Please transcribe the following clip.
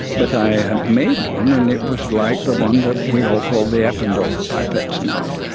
but i made one and it was like the one that we all call the eppendorf pipettes now.